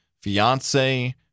fiance